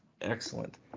Excellent